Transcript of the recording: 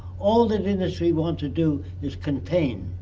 all that industries want to do is contain